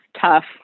tough